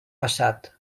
passat